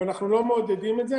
אבל אנחנו לא מעודדים את זה,